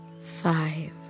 five